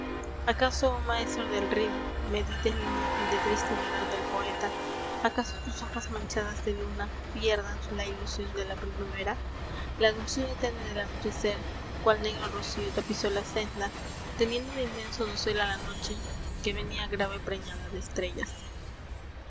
cas oh maestro del ritmo medites inútil del triste llorar del poeta p cas tus hojas manchadas de luna an la ilusión de la primavera f e d e r i c o g l o r la dulzura tenue del anochecer cual negro rocío tapizó la senda teniendo de inmenso dosel a la noche que venia grave preñada de estrellas